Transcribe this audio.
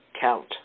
count